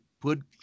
put